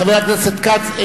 חבר הכנסת כץ,